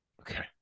Okay